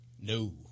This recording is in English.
No